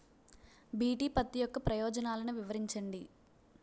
BT పత్తి యొక్క ప్రయోజనాలను వివరించండి?